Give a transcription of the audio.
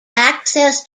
access